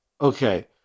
Okay